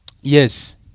Yes